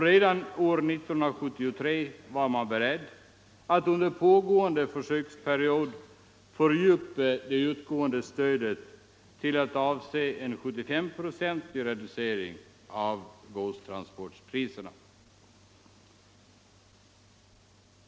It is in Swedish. Redan år 1973 var man beredd att under pågående försöksperiod fördjupa det utgående stödet till att avse en 75-procentig reducering av godstransportpriserna.